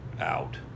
out